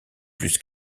plus